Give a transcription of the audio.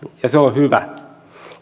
ja se on hyvä